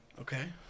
Okay